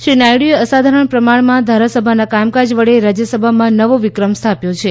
શ્રી નાયડુએ અસાધારણા પ્રમાણમાં ધારાસભાના કામકાજ વડે રાજ્યસભામાં નવો વિક્રમ સ્થાપ્યો છે